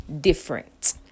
different